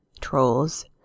trolls